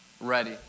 ready